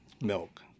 milk